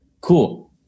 Cool